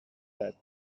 that